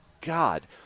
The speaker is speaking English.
god